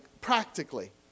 practically